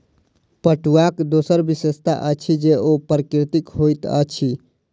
पटुआक दोसर विशेषता अछि जे ओ प्राकृतिक होइत अछि